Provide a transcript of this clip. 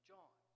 John